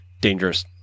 dangerous